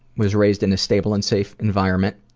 was raised in a stable and safe environment,